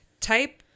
Type